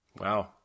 Wow